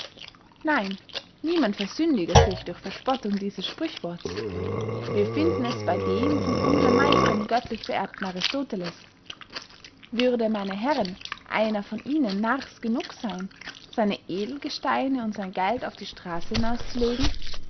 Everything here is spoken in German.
nein niemand versündige sich durch verspottung dieses sprüchworts wir finden es bey dem von unsern meistern göttlich verehrten aristoteles würde meine herren einer von ihnen narrs genug seyn seine edelgesteine und sein geld auf die strasse hinaus zu legen